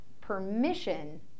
permission